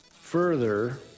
further